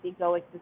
egoic